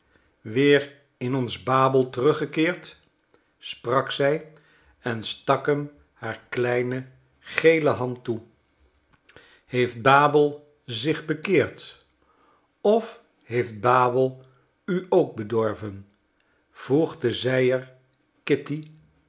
weer in ons babel teruggekeerd sprak zij en stak hem haar kleine gele hand toe heeft babel zich bekeerd of heeft babel u ook bedorven voegde zij er kitty